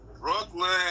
Brooklyn